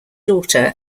daughter